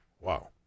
Wow